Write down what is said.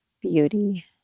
beauty